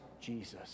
Jesus